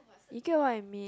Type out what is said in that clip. you get what I mean